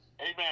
amen